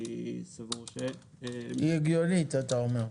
-- היא הגיונית, אתה אומר.